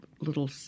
little